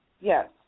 Yes